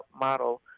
model